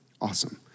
Awesome